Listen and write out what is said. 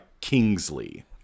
Kingsley